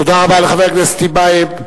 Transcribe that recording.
תודה רבה לחבר הכנסת טיבייב.